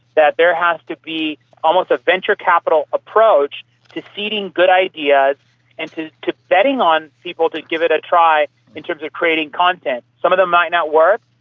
that there has to be almost a venture capital approach to seeding good ideas and to to betting on people to give it a try in terms of creating content. some of them might not work,